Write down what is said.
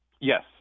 Yes